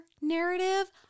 narrative